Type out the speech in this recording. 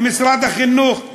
למשרד החינוך,